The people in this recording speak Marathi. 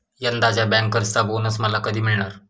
यंदाच्या बँकर्सचा बोनस मला कधी मिळणार?